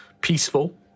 peaceful